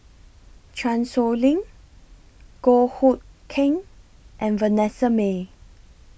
Chan Sow Lin Goh Hood Keng and Vanessa Mae